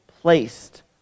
placed